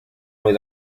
muy